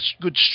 good